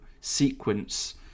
sequence